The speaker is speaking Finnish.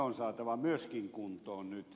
on saatava myöskin kuntoon nyt